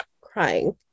crying